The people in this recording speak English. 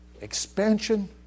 expansion